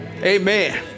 amen